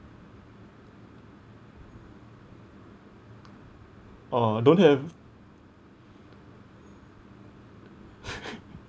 orh don't have